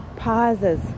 Pauses